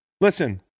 listen